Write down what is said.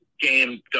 game